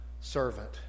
servant